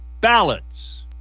ballots